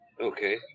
Okay